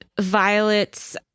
Violet's